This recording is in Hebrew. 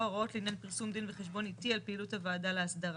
הוראות לעניין פרסום דין וחשבון איטי על פעילות הוועדה להסדרה".